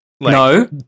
No